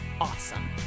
Awesome